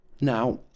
Now